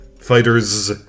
Fighters